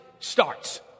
starts